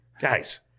guys